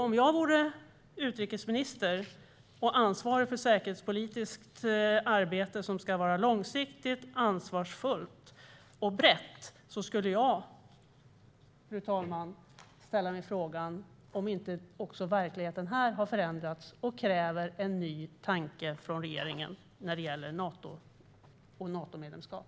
Om jag vore utrikesminister och ansvarig för säkerhetspolitiskt arbete som ska vara långsiktigt, ansvarsfullt och brett skulle jag ställa mig frågan om inte verkligheten har förändrats också här och kräver en ny tanke från regeringen i fråga om Nato och Natomedlemskap.